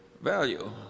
value